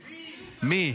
מי?